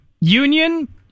Union